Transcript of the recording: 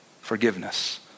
forgiveness